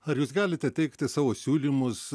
ar jūs galite teikti savo siūlymus